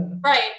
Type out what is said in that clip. Right